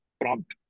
prompt